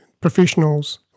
professionals